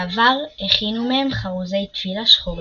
בעבר הכינו מהם חרוזי תפילה שחורים.